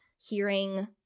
hearing